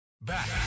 Back